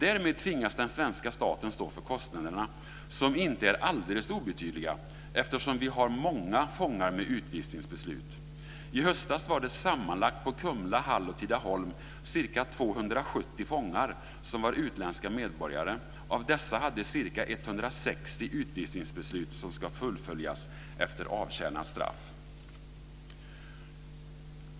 Därmed tvingas den svenska staten att stå för kostnaderna, som inte är alldeles obetydliga, eftersom vi har många fångar med utvisningsbeslut. I höstas var det sammanlagt på Kumla, Hall och Tidaholm ca 270 fångar som var utländska medborgare. Av dessa hade ca 160 utvisningsbeslut, som ska fullföljas efter avtjänat straff.